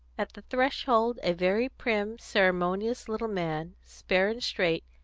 at the threshold a very prim, ceremonious little man, spare and straight,